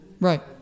Right